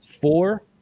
four